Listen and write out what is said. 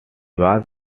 was